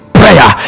prayer